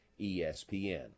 ESPN